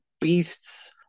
beasts